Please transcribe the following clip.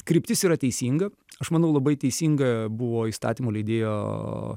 kryptis yra teisinga aš manau labai teisinga buvo įstatymo leidėjo